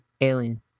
Alien